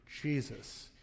Jesus